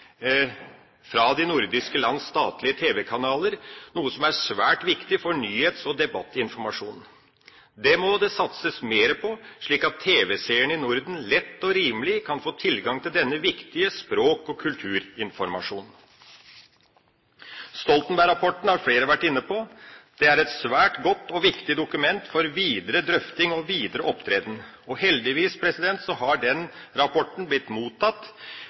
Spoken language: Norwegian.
fra de nordiske lands statlige TV-kanaler, noe som er svært viktig for nyhets- og debattinformasjonen. Det må det satses mer på, slik at TV-seerne i Norden lett og rimelig kan få tilgang til denne viktige språk- og kulturinformasjonen. Stoltenberg-rapporten har flere vært inne på. Det er et svært godt og viktig dokument for videre drøfting og videre opptreden. Heldigvis har den rapporten blitt mottatt